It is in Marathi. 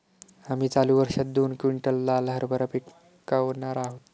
आम्ही चालू वर्षात दोन क्विंटल लाल हरभरा पिकावणार आहोत